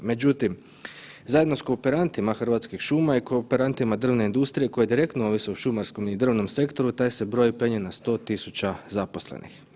Međutim, zajedno s kooperantima Hrvatskih šuma i kooperantima drvne industrije koja direktno ovisi o šumarskom ili drvnom sektoru taj se broj penje na 100.000 zaposlenih.